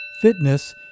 fitness